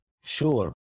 Sure